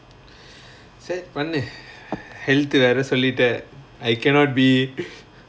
search பண்ணு:pannu health வேற சொல்லிட்டேன்:vera sollitaen I cannot be